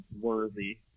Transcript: worthy